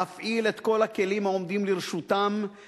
להפעיל את כל הכלים העומדים לרשותם-לרשותנו,